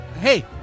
Hey